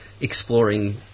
exploring